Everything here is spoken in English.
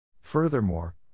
Furthermore